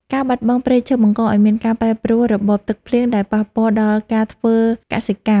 ការបាត់បង់ព្រៃឈើបង្កឱ្យមានការប្រែប្រួលរបបទឹកភ្លៀងដែលប៉ះពាល់ដល់ការធ្វើកសិកម្ម។